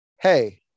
hey